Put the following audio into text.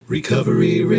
Recovery